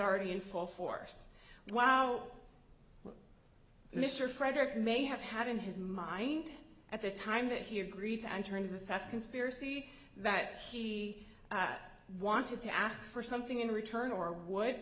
already in full force wow mr frederick may have had in his mind at the time that he agreed to enter into the theft conspiracy that he wanted to ask for something in return or w